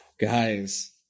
guys